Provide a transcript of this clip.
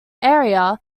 area